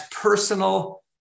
personal